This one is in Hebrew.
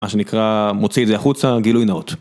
מה שנקרא מוציא את זה החוצה גילוי נאות.